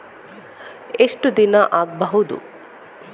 ಎಷ್ಟು ದಿನ ಆಗ್ಬಹುದು?